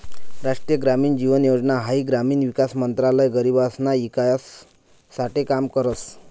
राष्ट्रीय ग्रामीण जीवन योजना हाई ग्रामीण विकास मंत्रालय गरीबसना ईकास साठे काम करस